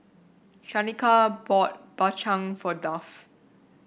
Shanika bought Bak Chang for Duff